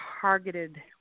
targeted